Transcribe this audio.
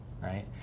right